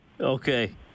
Okay